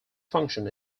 function